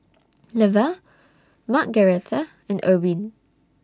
Leva Margaretha and Erwin